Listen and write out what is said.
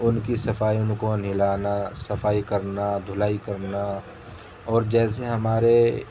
ان کی صفائی ان کو نہلانا صفائی کرنا دھلائی کرنا اور جیسے ہمارے